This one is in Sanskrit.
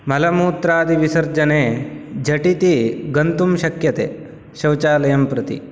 मलमूत्रादिविसर्जने झटिति गन्तुं शक्यते शौचालयं प्रति